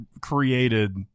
created